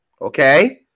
Okay